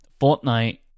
Fortnite